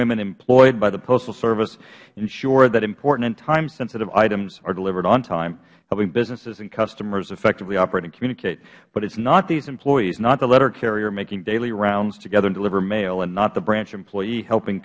women employed by the postal service ensure that important and time sensitive items are delivered on time helping businesses and customers effectively operate and communicate but it is not these employees not the letter carrier making daily round to gather and deliver mail and not the branch employee helping